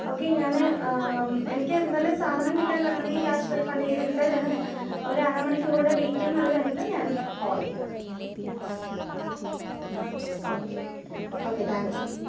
okay ഞാന് എനിക്ക് എന്തായാലും സാധനം കിട്ടില്ലാന്നുണ്ടെങ്കില് ക്യാഷ് റീഫണ്ടെയ്ത് കിട്ടിയ ഞാന് ഒരു അരമണിക്കൂര്കൂടെ വെയ്റ്റ് ചെയ്യും അതുകഴിഞ്ഞിട്ട് ഞാൻ കോള് ചെയ്യാം ഓക്കെ ഓക്കെ താങ്ക് യു